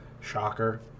Shocker